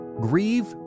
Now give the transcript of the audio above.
Grieve